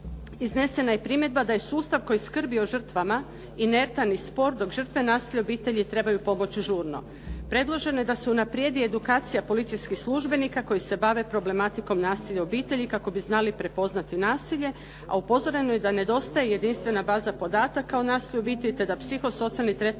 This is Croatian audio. Iznesena je primjedba da je sustav koji skrbi o žrtvama inertan i spor dok žrtve nasilja u obitelji trebaju pomoć žurno. Predloženo je da se unaprijedi edukacija policijskih službenika koji se bave problematikom nasilja u obitelji kako bi znali prepoznati nasilje a upozoreno je da nedostaje jedinstvena baza podataka o nasilju u obitelji te da psiho-socijalni tretman počinitelja